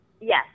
Yes